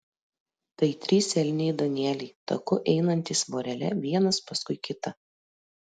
tai trys elniai danieliai taku einantys vorele vienas paskui kitą